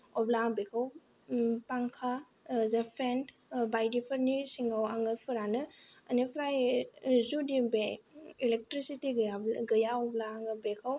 अब्ला आं बेखौ फांखा जे फेन बायदिफोरनि सिङाव आङो फोरानो बेनिफ्राय जुदि बे इलेकट्रिसिटि गैयाब्ला गैया अब्ला आङो बेखौ